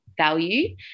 value